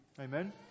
Amen